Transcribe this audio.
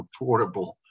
affordable